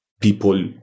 people